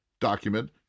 document